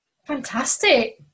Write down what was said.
Fantastic